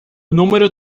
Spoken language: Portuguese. número